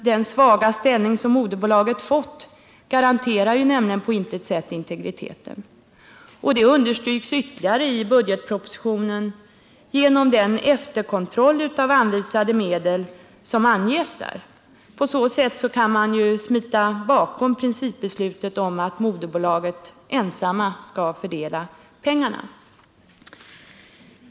Den svaga ställning som moderbolaget fått garanterar nämligen på intet sätt integriteten. Detta understryks ytterligare genom den efterkontroll av anvisade medel som anges i budgetpropositionen. På så sätt kan man smita bakom principbeslutet om att moderbolaget ensamt skall fördela pengarna.